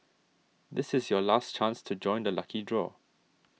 this is your last chance to join the lucky draw